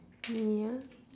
ya